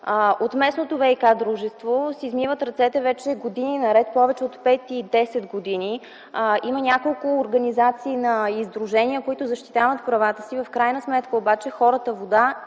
От местното ВиК-дружество си измиват ръцете вече години наред, повече от 5-10 години. Има няколко организации и сдружения, които защитават правата си, в крайна сметка обаче хората вода